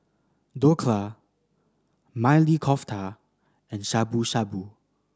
Dhokla Maili Kofta and Shabu Shabu